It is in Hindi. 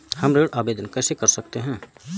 हम ऋण आवेदन कैसे कर सकते हैं?